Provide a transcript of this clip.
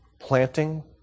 planting